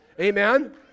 Amen